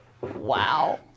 Wow